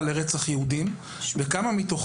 מסגרת חינוך עם תוכנית שמסיתה לרצח יהודים וכמה מתוכם